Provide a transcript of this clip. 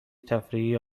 تفریحی